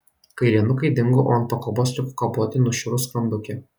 kailinukai dingo o ant pakabos liko kaboti nušiurus skrandukė